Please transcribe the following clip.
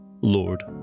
Lord